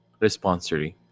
Responsory